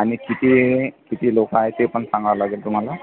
आणि किती किती लोक आहे ते पण सांगावं लागेल तुम्हाला